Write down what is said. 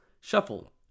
Shuffle